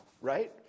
right